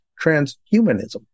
transhumanism